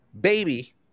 baby